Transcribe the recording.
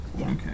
Okay